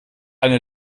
eine